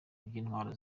bw’intwaro